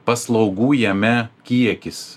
paslaugų jame kiekis